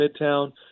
Midtown